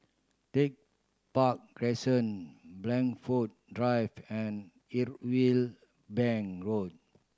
Tech Park Crescent Blandford Drive and Irwell Bank Road